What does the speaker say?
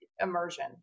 immersion